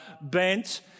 bent